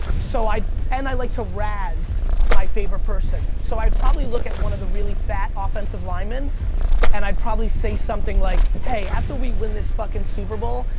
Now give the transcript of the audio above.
so and i like to razz my favorite person. so i'd probably look at one of the really fat offensive linemen and i'd probably say something like, hey, after we win this fucking super bowl,